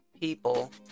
people